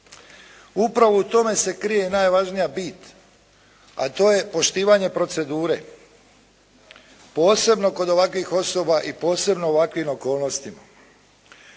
Upravo u tome se krije najvažnija bit a to je poštivanje procedure, posebno kod ovakvih osoba i posebno u ovakvim okolnostima.